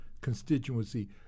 constituency